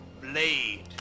blade